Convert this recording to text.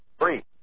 free